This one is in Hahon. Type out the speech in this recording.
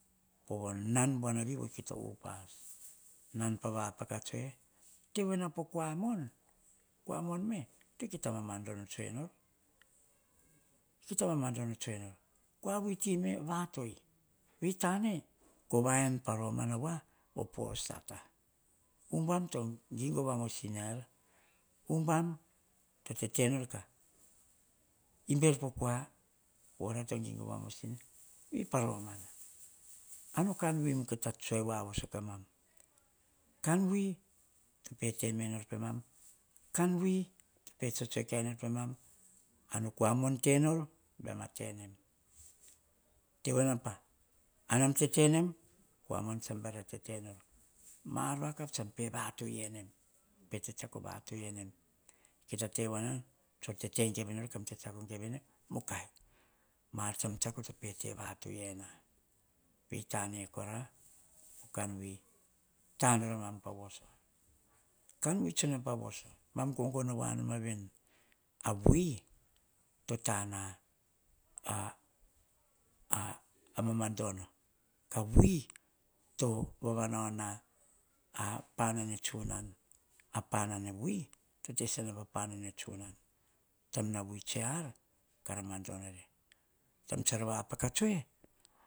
Po vo nan buanavi vo kita me kita mamadono tsue nor kita mamandono tsue nor kuawi me vatoi vei tane vaen paromana vaa vo po sata umbam to gingo vamosina veipa romana. Ano kanwi kita tsue waso kamam. Kanwi to te tememem kua mon tsabair a tete nor ma ar vakavav tsam pe vatoi emem, pe tsitsiako vatoi emem kita teva noveni tor tetegeve nor kam tsitsiako geve nem mukai maar tsam tsiako tsa pe te vatoi ena vei tane kora ko kanwi tenor amam pavoso. Kanwi tsuna pavoso mam gongono wanoma veni avu to tana a mamadono kawi to vavanao na a panane tsunan, a panane wi to te sisio ena pa panane tsunan tsa tsue a ar kora mando nuere taim tsara vapaka tsue